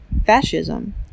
Fascism